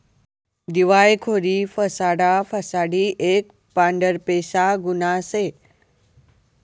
दिवायखोरी फसाडा फसाडी एक पांढरपेशा गुन्हा शे